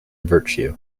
virtue